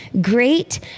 great